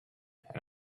and